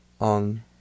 on